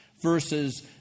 versus